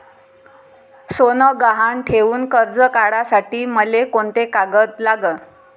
सोनं गहान ठेऊन कर्ज काढासाठी मले कोंते कागद लागन?